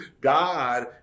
God